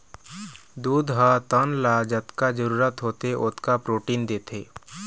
दूद ह तन ल जतका जरूरत होथे ओतका प्रोटीन देथे